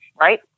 right